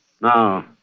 Now